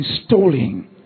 installing